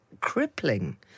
crippling